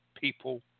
people